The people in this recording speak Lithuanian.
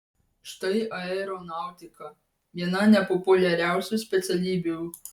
štai aeronautika viena nepopuliariausių specialybių